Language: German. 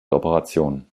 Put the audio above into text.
operation